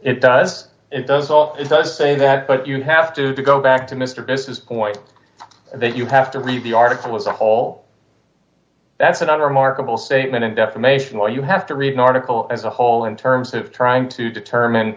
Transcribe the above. it does it does all it does say that but you have to go back to mr davis's point that you have to read the article was a whole that's another remarkable statement in defamation where you have to read an article as a whole in terms of trying to determine